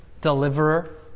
deliverer